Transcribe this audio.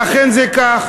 ואכן זה כך.